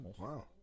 Wow